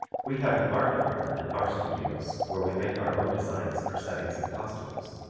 we have an art department in our studios where we make our own designs for settings and costumes.